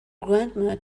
grandma